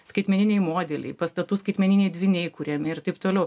skaitmeniniai modeliai pastatų skaitmeniniai dvyniai kuriami ir taip toliau